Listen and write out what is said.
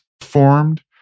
formed